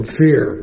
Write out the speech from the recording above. fear